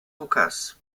lukas